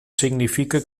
significa